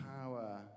power